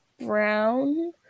brown